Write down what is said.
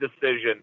decision